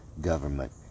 government